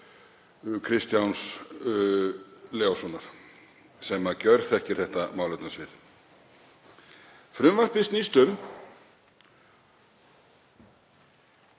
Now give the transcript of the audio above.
Kristjáns Leóssonar sem gjörþekkir þetta málefnasvið. Frumvarpið snýst